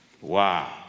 Wow